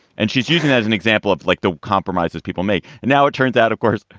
and she's using that as an example of, like, the compromises people made. and now it turns out, of course,